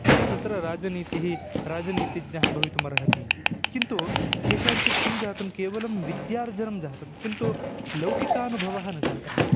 सः तत्र राजनीतिः राजनीतिज्ञः भवतिमर्हतीति किन्तु केषाञ्चित् किं जातं केवलं विद्यार्जनं जातं किन्तु लौकिकानुभवः न जातः